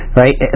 right